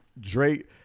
Drake